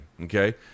okay